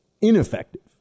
ineffective